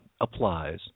applies